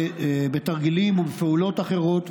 בתרגילים ובפעולות אחרות,